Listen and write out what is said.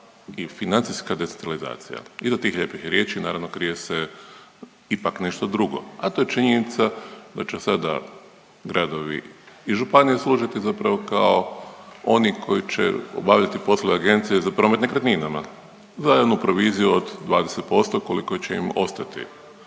i financijska destilizacija. Iza tih lijepih riječi naravno, krije se ipak nešto drugo. A to je činjenica da će sada gradovi i županije služiti zapravo kao oni koji će obavljati poslove agencije za promet nekretninama. Za jednu proviziju od 20% koliko će im ostati.